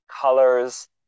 colors